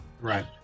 right